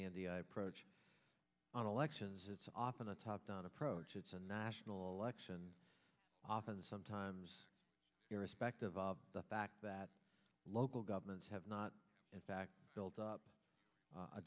the approach on elections it's often a top down approach it's a national election often sometimes irrespective of the fact that local governments have not in fact built up a